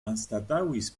anstataŭis